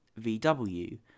VW